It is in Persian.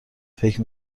فکر